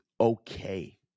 okay